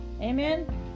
Amen